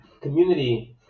community